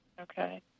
Okay